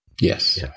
Yes